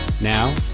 Now